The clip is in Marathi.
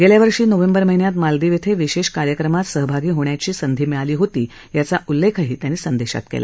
गेल्यावर्षी नोव्हेंबर महिन्यात मालदीव श्वें विशेष कार्यक्रमात सहभागी होण्याची संधी मिळाली होती याचा उल्लेखही त्यांनी संदेशात केला